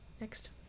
Next